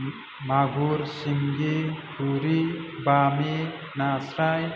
मागुर सिंगि गोरि बामि नास्राय